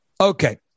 Okay